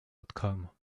outcome